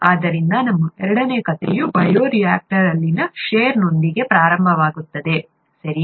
ಆದ್ದರಿಂದ ನಮ್ಮ ಎರಡನೇ ಕಥೆಯು ಬಯೋ ರಿಯಾಕ್ಟರ್ನಲ್ಲಿ ಷೇರ್ನೊಂದಿಗೆ ಪ್ರಾರಂಭವಾಗುತ್ತದೆ ಸರಿ